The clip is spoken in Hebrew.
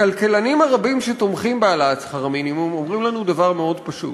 הכלכלנים הרבים שתומכים בהעלאת שכר המינימום אומרים לנו דבר מאוד פשוט,